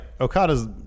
Okada's